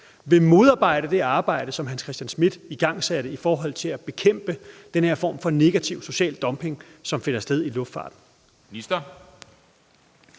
vil modarbejde det arbejde, som hr. Hans Christian Schmidt som transportminister igangsatte i forhold til at bekæmpe den her form for negativ social dumping, som finder sted i luftfartsbranchen?